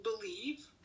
believe